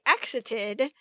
exited